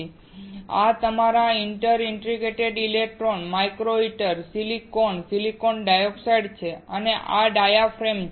સ્લાઇડનો સંદર્ભ લો આ તમારા interdigitated electrodes micro heater silicon silicon dioxide છે અને આ ડાયાફ્રેમ છે